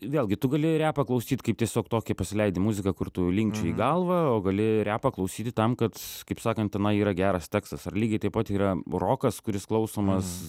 vėlgi tu gali repą klausyt kaip tiesiog tokį pasileidi muziką kur tu linkčioji galvą o gali repą klausyti tam kad kaip sakant tenai yra geras tekstas ar lygiai taip pat yra rokas kuris klausomas